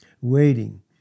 waiting